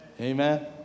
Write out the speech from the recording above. Amen